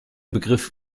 begriff